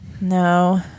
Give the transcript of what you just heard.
no